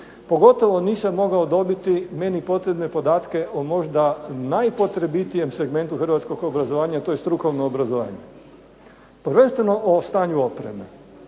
Pogotovo nisam mogao dobiti meni potrebne podatke o možda najpotrebitijem segmentu Hrvatskog obrazovanja to je strukovno obrazovanje, prvenstveno o stanju opreme.